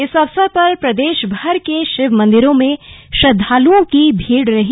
इस अवसर पर प्रदेशभर के शिव मंदिरों में श्रद्धालुओं की भीड़ रही